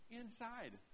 inside